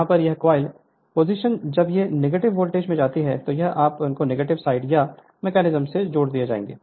यहाँ पर यह कॉइल पोजिशन जब से यह नेगेटिव वोल्टेज में जाएगी तो यह अपने आप ही नेगेटिव साइड इस मैकेनिज्म से जुड़ जाएगा